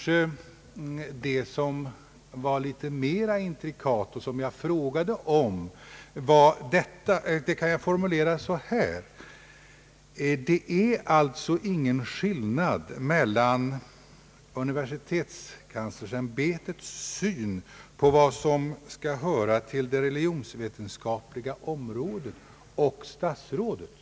Nej, det som kanske var litet mer intrikat av det jag frågade om kan formuleras så här: Är det alltså ingen skillnad mellan universitetskanslersämbetets syn på vad som skall höra till det religionsvetenskapliga området och statsrådets?